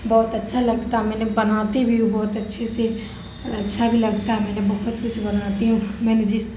بہت اچھا لگتا میں نے بناتی بھی ہوں بہت اچھے سے اور اچھا بھی لگتا ہے میں نے بہت کچھ بناتی ہوں میں نے جس